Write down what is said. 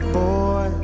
boy